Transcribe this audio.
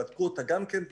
בדקו אותו גם כן,